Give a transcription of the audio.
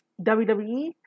WWE